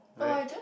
very